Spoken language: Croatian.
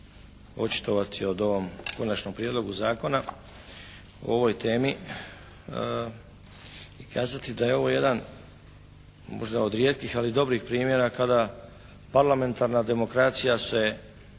očitovati o ovom Konačnom prijedlogu zakona o ovoj temi i kazati da je ovo jedan možda od rijetkih ali dobrih primjera kada parlamentarna demokracija se,